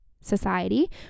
Society